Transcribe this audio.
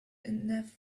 enough